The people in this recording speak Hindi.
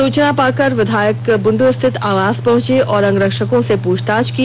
सूचना पाकर विधायक बुंडू स्थित आवास पहुंचे और अंगरक्षकों से पूछताछ की